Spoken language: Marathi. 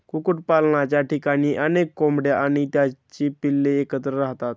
कुक्कुटपालनाच्या ठिकाणी अनेक कोंबड्या आणि त्यांची पिल्ले एकत्र राहतात